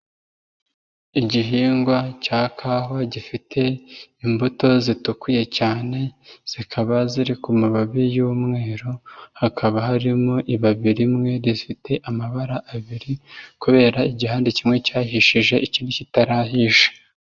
Igihingwa cya kawa gifite imbuto zitukuye cyane, zikaba ziri ku mababi y'umweru, hakaba harimo ibabi rimwe rifite amabara abiri kubera igihande kimwe cyahishije ikindi kitarahisha.